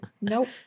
Nope